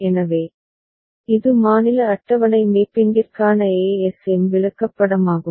எனவே இது மாநில அட்டவணை மேப்பிங்கிற்கான ASM விளக்கப்படமாகும்